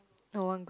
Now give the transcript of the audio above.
no one group